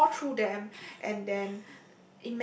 pour through them and then